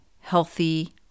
healthy